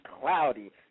Cloudy